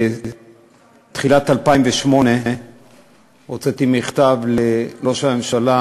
בתחילת 2008 הוצאתי מכתב לראש הממשלה